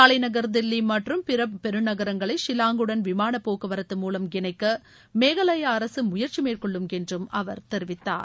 தலைநகர் தில்லி மற்றும் பிற பெருநகரங்களை ஷில்லாங்குடன் விமானப்போக்குவரத்து மூலம் இணைக்க மேகாலயா அரசு முயற்சி மேற்கொள்ளும் என்று அவர் தெரிவித்தார்